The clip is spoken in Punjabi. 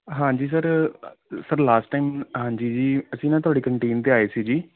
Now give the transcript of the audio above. ਹਾਂਜੀ ਸਰ ਸਰ ਲਾਸਟ ਟਾਈਮ ਹਾਂਜੀ ਜੀ ਅਸੀਂ ਨਾ ਤੁਹਾਡੀ ਕੰਟੀਨ 'ਤੇ ਆਏ ਸੀ ਜੀ